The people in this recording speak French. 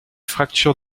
fracture